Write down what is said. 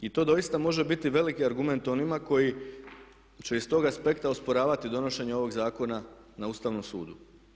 I to doista može biti veliki argument onima koji će s tog aspekta osporavati donošenje ovog zakona na Ustavnom sudu.